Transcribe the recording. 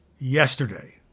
yesterday